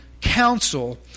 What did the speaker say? counsel